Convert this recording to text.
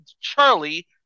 Charlie